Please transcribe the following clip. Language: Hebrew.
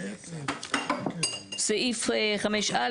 סעיף (5)(א),